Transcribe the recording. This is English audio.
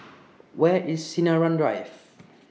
Where IS Sinaran Drive